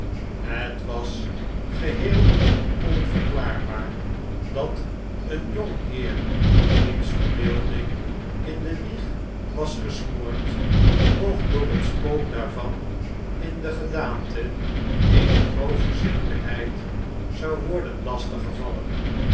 het was geheel onverklaarbaar dat een jong heer wiens verbeelding in de wieg was gesmoord nog door het spook daarvan in de gedaante eener grove zinnelijkheid zou worden